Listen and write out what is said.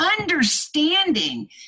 understanding